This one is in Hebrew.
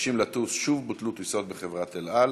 בחקלאות מובילה בתחומה ובידע מדעי.